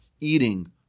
eating